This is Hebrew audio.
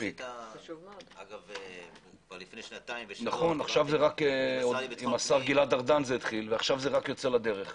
ניסית לפני שנתיים ושלוש עם השר לביטחון הפנים.